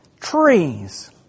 Trees